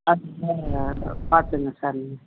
அஞ்சு பேர் வரோம் பார்த்துக்கங்க சார் நீங்கள்